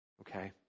Okay